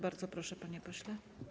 Bardzo proszę, panie pośle.